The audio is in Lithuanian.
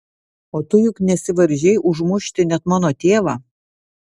o tu juk nesivaržei užmušti net mano tėvą